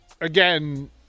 Again